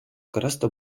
гораздо